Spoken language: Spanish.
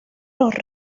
los